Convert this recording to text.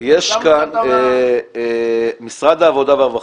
יש כאן ממשרד העבודה והרווחה?